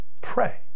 pray